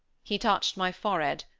he touched my forehead,